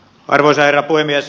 arvoisa herra puhemies